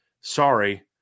sorry